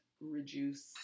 reduce